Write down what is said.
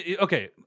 Okay